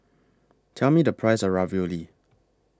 Tell Me The Price of Ravioli